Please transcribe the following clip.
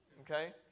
Okay